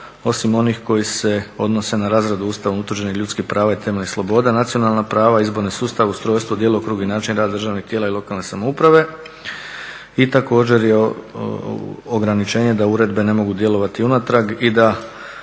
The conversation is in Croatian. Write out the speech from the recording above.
osim onih koji se odnose na razradu Ustavom utvrđenim ljudskih prava i temeljnih sloboda, nacionalna prava, izborni sustav, ustrojstvo, djelokrug i način rada državnih tijela i lokalne samouprave. I također je ograničenje da uredbe ne mogu djelovati unatrag i da